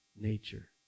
nature